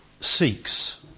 seeks